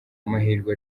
amahirwe